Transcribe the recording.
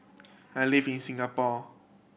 I live in Singapore